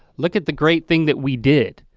look at the great thing that we did,